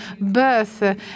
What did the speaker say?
birth